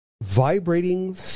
vibrating